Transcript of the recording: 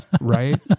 right